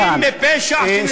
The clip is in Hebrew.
אני אמרתי: אלה חפים מפשע שנרצחו,